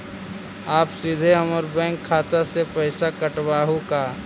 आप सीधे हमर बैंक खाता से पैसवा काटवहु का?